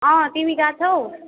अँ तिमी गएका छौ